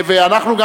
ואנחנו גם,